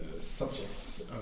subjects